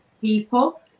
people